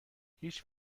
هیچ